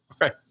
right